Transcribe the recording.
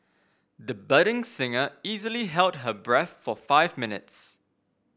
the budding singer easily held her breath for five minutes